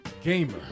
gamer